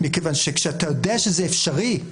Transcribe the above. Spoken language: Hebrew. מכיוון שכשאתה יודע שזה אפשרי.